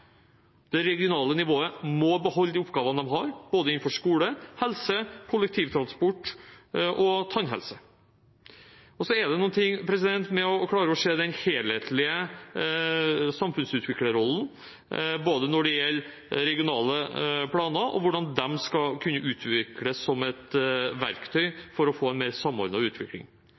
Det regionale nivået må beholde de oppgavene de har, innenfor både skole, helse, kollektivtransport og tannhelse. Så er det noe med å klare å se den helhetlige samfunnsutviklerrollen, både når det gjelder regionale planer, og hvordan de skal kunne utvikles som et verktøy for å få en mer samordnet utvikling.